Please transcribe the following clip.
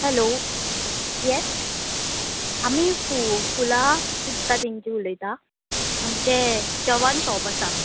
hello yes आमी फू फुलां विकता तेंची उलयता आमचे जवान शॉप आसा